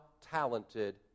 talented